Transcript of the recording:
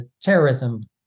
terrorism